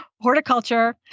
horticulture